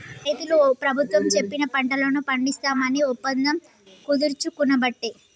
రైతులు ప్రభుత్వం చెప్పిన పంటలను పండిస్తాం అని ఒప్పందం కుదుర్చుకునబట్టే